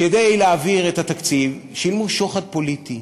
כדי להעביר את התקציב שילמו שוחד פוליטי,